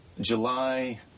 July